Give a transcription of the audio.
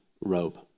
robe